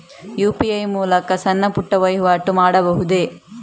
UPI ಮೂಲಕ ಸಣ್ಣ ಪುಟ್ಟ ವಹಿವಾಟು ಮಾಡಬಹುದೇ?